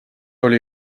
oli